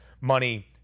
money